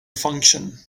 function